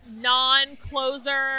non-closer